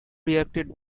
reacted